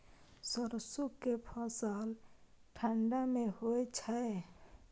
सरसो के फसल ठंडा मे होय छै?